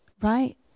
Right